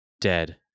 Dead